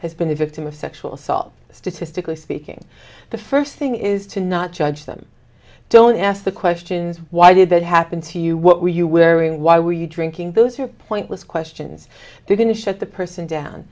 has been the victim of sexual assault statistically speaking the first thing is to not judge them don't ask the questions why did that happen to you what were you wearing why were you drinking those who point with questions they're going to shut the person down